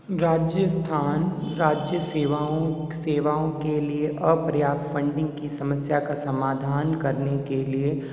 राजस्थान राज्य सेवाओं सेवाओं के लिए अप्रयाप्त फंडिंग की समस्या का समाधान करने के लिए